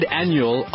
annual